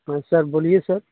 ہاں سر بولیے سر